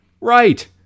Right